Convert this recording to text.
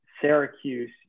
Syracuse